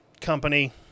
Company